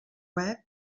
web